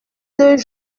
deux